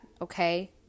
okay